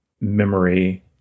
memory